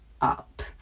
up